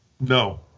No